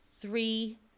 three